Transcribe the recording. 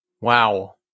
wow